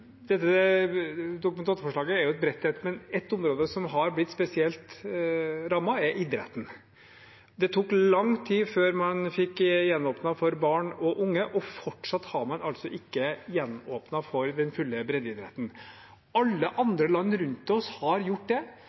Dette Dokument 8-forslaget er bredt, men ett område som har blitt spesielt rammet, er idretten. Det tok lang tid før man fikk gjenåpnet for barn og unge, og fortsatt har man ikke gjenåpnet fullt ut for breddeidretten. Alle andre land rundt oss har gjort det.